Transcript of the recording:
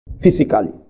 Physically